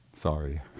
sorry